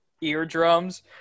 eardrums